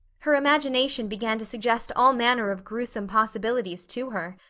her imagination began to suggest all manner of gruesome possibilities to her.